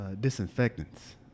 disinfectants